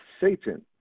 Satan